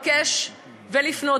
לבקש ולפנות.